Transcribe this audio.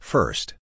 First